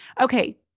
Okay